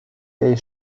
est